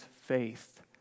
faith